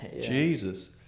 jesus